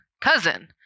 cousin